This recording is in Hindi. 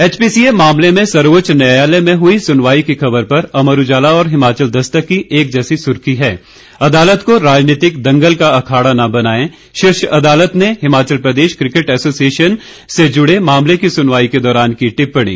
एचपीसीए मामले में सर्वोच्च न्यायालय में हुई सुनवाई की खबर पर अमर उजाला और हिमाचल दस्तक की एक जैसी सुर्खी है अदालत को राजनीतिक दंगल का अखाड़ा न बनाएं शीर्ष अदालत ने हिमाचल प्रदेश किकेट एसोसियेशन ये जुड़े मामले की सुनवाई के दौरान की टिप्पणी